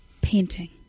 Painting